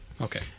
Okay